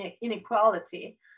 inequality